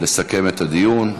לסכם את הדיון,